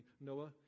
Noah